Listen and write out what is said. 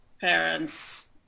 parents